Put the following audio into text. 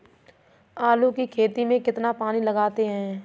आलू की खेती में कितना पानी लगाते हैं?